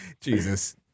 Jesus